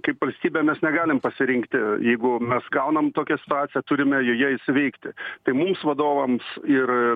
kaip valstybė mes negalime pasirinkti jeigu mes gaunam tokią situaciją turime joje ir sveikti tai mums vadovams ir